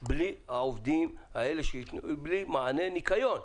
בלי מענה לניקיון.